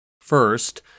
First